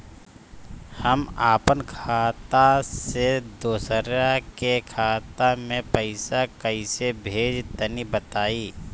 हम आपन खाता से दोसरा के खाता मे पईसा कइसे भेजि तनि बताईं?